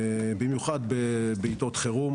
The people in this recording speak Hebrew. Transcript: במיוחד בעתות חירום.